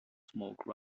smoke